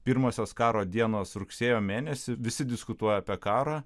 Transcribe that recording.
pirmosios karo dienos rugsėjo mėnesį visi diskutuoja apie karą